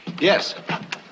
Yes